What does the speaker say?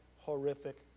horrific